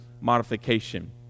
modification